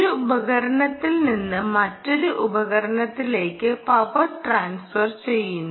ഒരു ഉപകരണത്തിൽ നിന്ന് മറ്റൊരു ഉപകരണത്തിലേക്ക് പവർ ട്രാൻസ്ഫർ ചെയ്യുന്നു